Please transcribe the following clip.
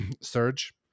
Surge